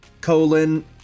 colon